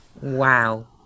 wow